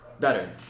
better